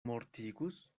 mortigus